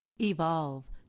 Evolve